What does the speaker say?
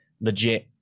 legit